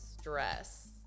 stress